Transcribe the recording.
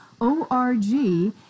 O-R-G